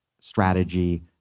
strategy